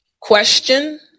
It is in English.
Question